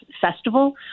festival